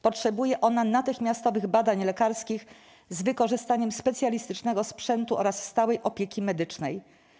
Potrzebuje ona natychmiastowych badań lekarskich z wykorzystaniem specjalistycznego sprzętu oraz stałej opieki medycznej.